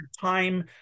time